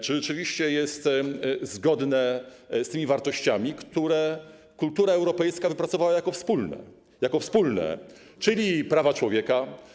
Czy rzeczywiście jest to zgodne z tymi wartościami, które kultura europejska wypracowała jako wspólne, czyli prawa człowieka.